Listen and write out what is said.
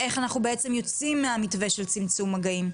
איך אנחנו בעצם יוצאים מהמתווה של צמצום מגעים?